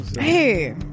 hey